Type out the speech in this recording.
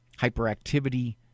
hyperactivity